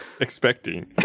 expecting